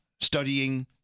studying